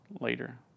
later